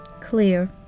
clear